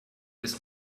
this